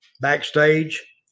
Backstage